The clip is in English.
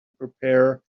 prepare